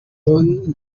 mobile